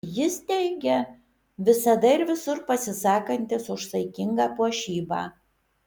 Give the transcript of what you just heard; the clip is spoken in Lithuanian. jis teigia visada ir visur pasisakantis už saikingą puošybą